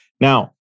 Now